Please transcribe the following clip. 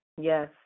Yes